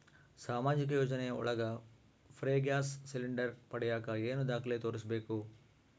ಸಾಮಾಜಿಕ ಯೋಜನೆ ಒಳಗ ಫ್ರೇ ಗ್ಯಾಸ್ ಸಿಲಿಂಡರ್ ಪಡಿಯಾಕ ಏನು ದಾಖಲೆ ತೋರಿಸ್ಬೇಕು?